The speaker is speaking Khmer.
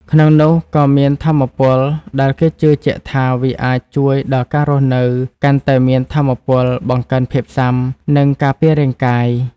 ក្នុងនោះក៏មានថាមពល ដែលគេជឿជាក់ថាវាអាចជួយដល់ការរស់នៅកាន់តែមានថាមពល បង្កើនភាពស៊ាំ និងការពាររាងកាយ។